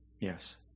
Yes